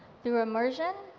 through immersion,